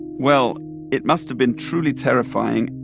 well it must have been truly terrifying.